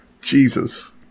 jesus